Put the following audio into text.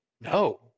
No